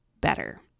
better